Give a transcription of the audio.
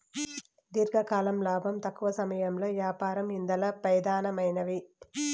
దీర్ఘకాలం లాబం, తక్కవ సమయంలో యాపారం ఇందల పెదానమైనవి